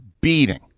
beating